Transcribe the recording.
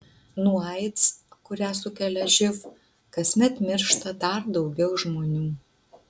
nuo aids kurią sukelia živ kasmet miršta dar daugiau žmonių